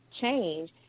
change